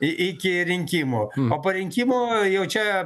i iki rinkimų o po rinkimų jau čia